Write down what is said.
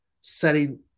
setting